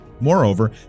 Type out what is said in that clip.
Moreover